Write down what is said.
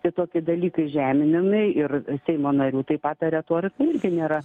kitokie dalykai žeminimai ir seimo narių taip pat ta retorika irgi nėra